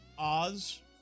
Oz